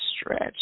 stretch